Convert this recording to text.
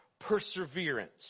perseverance